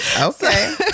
Okay